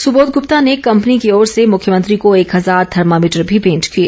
सुबोध गुप्ता ने कंपनी की ओर से मुख्यमंत्री को एक हज़ार थर्मामीटर भी भेंट किए